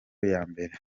yambere